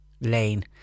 lane